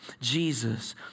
Jesus